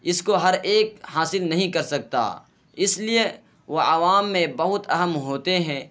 اس کو ہر ایک حاصل نہیں کر سکتا اس لیے وہ عوام میں بہت اہم ہوتے ہیں